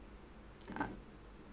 ah